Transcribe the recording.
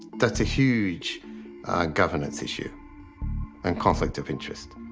that's a huge governance issue and conflict of interest.